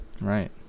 Right